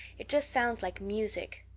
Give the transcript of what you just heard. it just sounds like music.